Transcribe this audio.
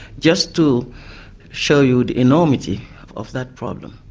just to show you the enormity of that problem.